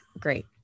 great